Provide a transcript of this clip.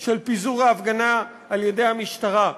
של פיזור ההפגנה על-ידי המשטרה.